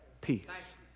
peace